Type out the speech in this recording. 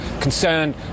concerned